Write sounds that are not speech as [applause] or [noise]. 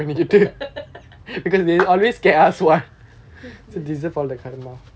[laughs]